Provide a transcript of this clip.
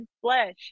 flesh